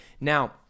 Now